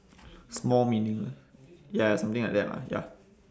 small meaningle~ ya something like that lah ya